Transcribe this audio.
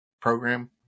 program